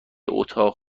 اتاق